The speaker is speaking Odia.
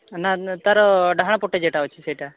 ନା ନା ତା'ର ଡାହାଣ ପଟେ ଯେଉଁଟା ଅଛି ସେଇଟା